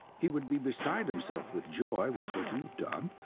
he would be beside himself with joy with what you've done.